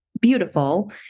beautiful